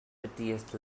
prettiest